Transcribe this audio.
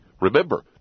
Remember